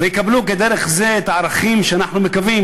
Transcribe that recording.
ויקבלו דרך זה את הערכים שאנחנו מקווים